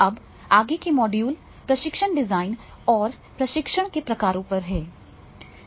अब आगे के मॉड्यूल प्रशिक्षण डिजाइन और प्रशिक्षण के प्रकारों पर हैं